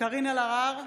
קארין אלהרר,